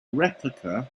replica